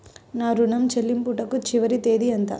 నా ఋణం ను చెల్లించుటకు చివరి తేదీ ఎంత?